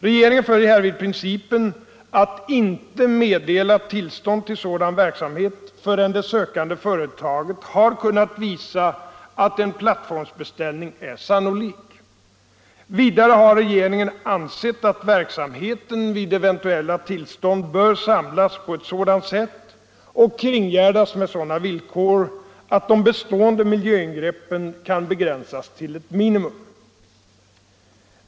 Regeringen följer härvid principen att inte meddela tillstånd till sådan verksamhet förrän det sökande företaget har kunnat visa att en plattformsbeställning är sannolik. Vidare har regeringen ansett att verksamheten vid eventuella tillstånd bör samlas på ett sådant sätt och kringgärdas med sådana villkor att de bestående miljöingreppen kan begränsas till ett minimum.